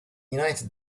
united